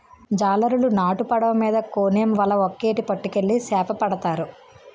జాలరులు నాటు పడవ మీద కోనేమ్ వల ఒక్కేటి పట్టుకెళ్లి సేపపడతారు